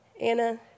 Anna